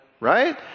Right